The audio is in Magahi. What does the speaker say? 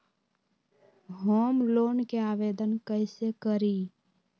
होम लोन के आवेदन कैसे करि?